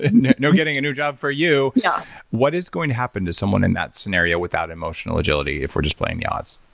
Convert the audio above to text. no getting a new job for you. yeah what is going to happen to someone in that scenario without emotional agility if we're just playing the odds.